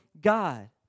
God